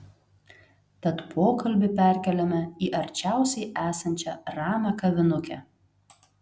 tad pokalbį perkeliame į arčiausiai esančią ramią kavinukę